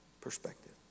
perspective